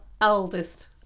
Oldest